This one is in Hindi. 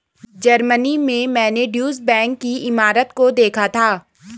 जर्मनी में मैंने ड्यूश बैंक की इमारत को देखा था